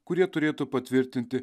kurie turėtų patvirtinti